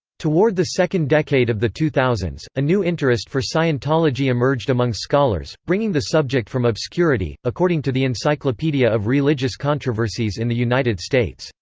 toward the second decade of the two thousand s, a new interest for scientology emerged among scholars, bringing the subject from obscurity according to the encyclopedia of religious controversies in the united states,